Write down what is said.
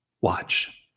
Watch